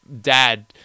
dad